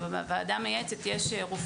ובה יש רופאים.